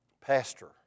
pastor